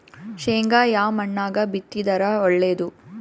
ಶೇಂಗಾ ಯಾ ಮಣ್ಣಾಗ ಬಿತ್ತಿದರ ಒಳ್ಳೇದು?